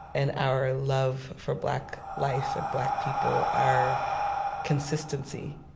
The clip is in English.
and our love for black life and black people, our consistency.